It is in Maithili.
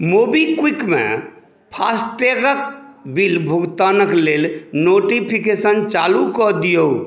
मोबीक्विकमे फास्टैगक बिल भुगतानक लेल नोटिफिकेशन चालू कऽ दियौ